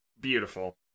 Beautiful